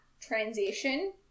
transition